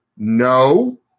No